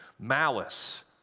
Malice